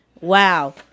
Wow